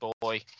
boy